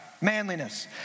manliness